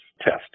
test